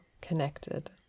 connected